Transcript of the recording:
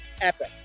epic